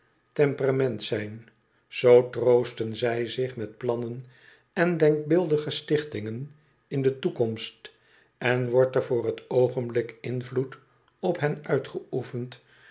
temperament zijn zoo troosten zij zich met plannen en denkbeeldige stichtingen in de toekomst en wordt er voor t oogenblik invloed op hen uitgeoefend